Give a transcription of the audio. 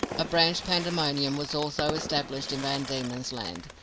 a branch pandemonium was also established in van diemen's land.